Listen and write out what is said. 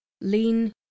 lean